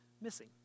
missing